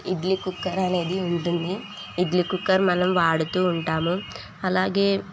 idli cooker అనేది ఉంటుంది idli cooker మనం వాడుతూ ఉంటాము అలాగే